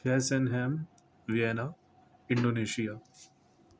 face اینہیم وین Indonesia